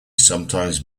sometimes